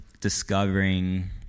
discovering